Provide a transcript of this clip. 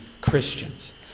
Christians